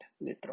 later